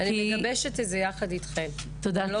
אני מגבשת את זה יחד איתכם, ולא בכדי.